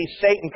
Satan